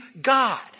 God